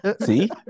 See